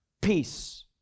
peace